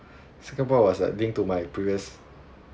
second point was like linked to my previous